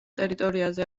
ტერიტორიაზე